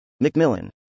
Macmillan